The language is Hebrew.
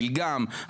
מילגם,